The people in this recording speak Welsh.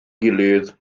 gilydd